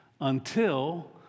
until